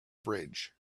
bridge